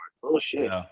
Bullshit